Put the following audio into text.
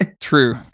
true